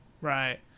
Right